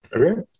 Okay